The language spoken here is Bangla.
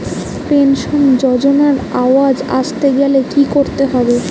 পেনশন যজোনার আওতায় আসতে গেলে কি করতে হবে?